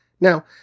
Now